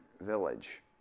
village